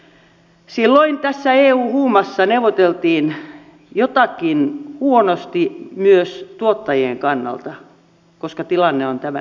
eli silloin tässä eu huumassa neuvoteltiin jotakin huonosti myös tuottajien kannalta koska tilanne on tällä hetkellä tämä